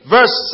Verse